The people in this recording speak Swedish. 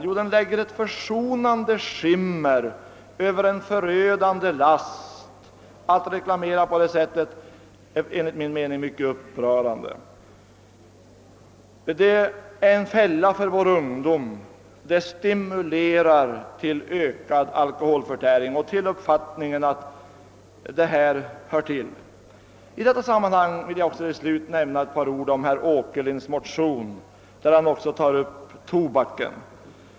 Jo, den lägger ett försonande skimmer över en förödande last. Det är enligt min mening mycket upprörande att reklamera på det sättet. Denna reklam är en fälla för vår ungdom. Den stimulerar till ökad alkoholförtäring och till uppfatt ningen att det är en vanlig företeelse att folk dricker alkohol. I detta sammanhang vill jag nämna ett par ord om herr Åkerlinds motion, som också tar upp frågan om tobaken.